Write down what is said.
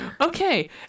Okay